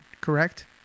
Correct